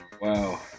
Wow